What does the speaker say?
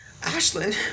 Ashlyn